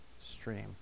stream